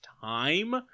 time